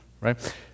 right